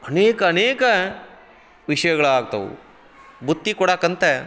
ಅನೇಕ ಅನೇಕ ವಿಷಯಗಳು ಆಗ್ತಾವು ಬುತ್ತಿ ಕೊಡಕ್ಕಂತಾ